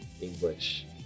English